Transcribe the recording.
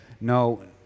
no